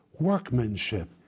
workmanship